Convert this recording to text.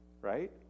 right